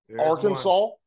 Arkansas